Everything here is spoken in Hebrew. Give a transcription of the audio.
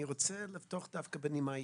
אני רוצה לפתוח דווקא בנימה אישית.